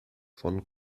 von